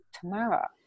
Tamara